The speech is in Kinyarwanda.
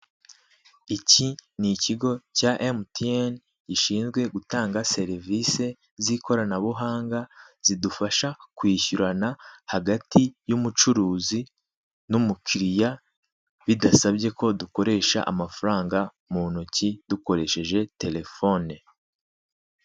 Iki ni ikigo cya emutiyeni gishinzwe gutanga serivisi z'ikorana buhanga zidufasha kwishyurana hagati y'umucuruzi n'umukiriya bidasabye ko dukoresha amafaranga mu ntoki dukoresheje telefone.